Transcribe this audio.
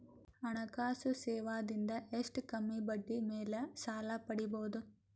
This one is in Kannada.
ಹಣಕಾಸು ಸೇವಾ ದಿಂದ ಎಷ್ಟ ಕಮ್ಮಿಬಡ್ಡಿ ಮೇಲ್ ಸಾಲ ಪಡಿಬೋದ?